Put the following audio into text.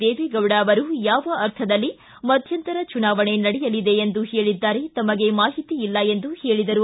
ದೇವೆಗೌಡ ಅವರು ಯಾವ ಅರ್ಥದಲ್ಲಿ ಮಧ್ಯಂತರ ಚುನಾವಣೆ ನಡೆಯಲಿದೆ ಎಂದು ಹೇಳಿದ್ದಾರೆ ತಮಗೆ ಮಾಹಿತಿ ಇಲ್ಲ ಎಂದರು